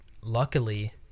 luckily